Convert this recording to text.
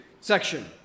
section